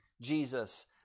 Jesus